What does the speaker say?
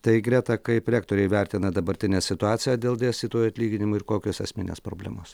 tai greta kaip rektoriai vertina dabartinę situaciją dėl dėstytojų atlyginimų ir kokios esminės problemos